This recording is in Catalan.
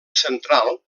central